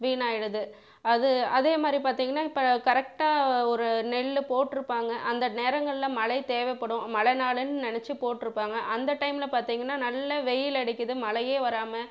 வீணாகிடுது அது அதே மாதிரி பார்த்தீங்கன்னா இப்போ கரெக்ட்டாக ஒரு நெல் போட்டிருப்பாங்க அந்த நேரங்களில் மழை தேவைப்படும் மழை நாளுன்னு நினச்சு போட்டிருப்பாங்க அந்த டைமில் பார்த்தீங்கன்னா நல்ல வெயில் அடிக்குது மழையே வராமல்